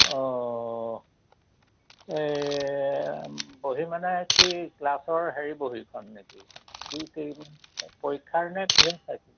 অঁ এই বহী মানে কি ক্লাছৰ হেৰি বহীখন নেকি পৰীক্ষাৰ নে কিহৰ চাইছে